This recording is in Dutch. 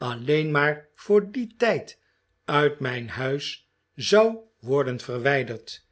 alleen maar voor d i e n tijd uit mijn huis zou worden verwijderd